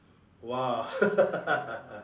!wah!